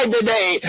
today